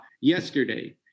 yesterday